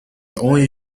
only